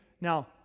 Now